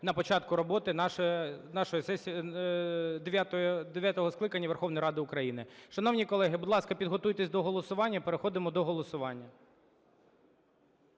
на початку роботи нашої сесії… дев'ятого скликання Верховної Ради України. Шановні колеги, будь ласка, підготуйтесь до голосування і переходимо до голосування.